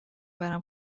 برم